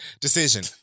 decision